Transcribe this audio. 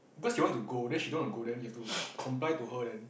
because you want to go then she don't want to go then you have to comply to her then